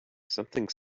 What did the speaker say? something